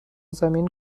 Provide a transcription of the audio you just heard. زمین